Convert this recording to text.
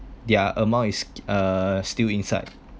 their amount is uh still inside